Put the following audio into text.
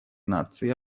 нации